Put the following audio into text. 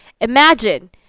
Imagine